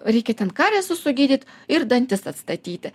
reikia ten kariesą sugydyt ir dantis atstatyti